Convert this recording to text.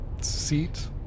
Seat